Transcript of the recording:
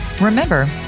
Remember